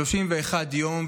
31 יום,